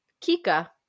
Kika